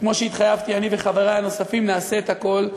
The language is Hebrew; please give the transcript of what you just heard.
וכמו שהתחייבתי, אני וחברי הנוספים נעשה את הכול,